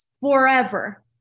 forever